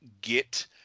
get